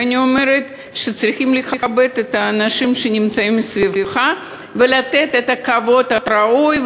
ואני אומרת שצריכים לכבד את האנשים שנמצאים סביבך ולתת את הכבוד הראוי,